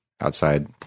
outside